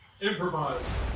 Improvise